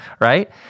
right